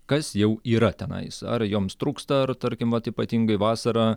kas jau yra tenais ar joms trūksta ar tarkim vat ypatingai vasarą